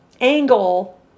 angle